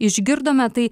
išgirdome tai